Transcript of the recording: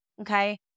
okay